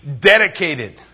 dedicated